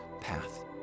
path